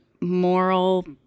moral